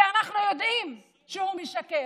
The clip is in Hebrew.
כי אנחנו יודעים שהוא משקר.